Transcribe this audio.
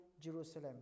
Jerusalem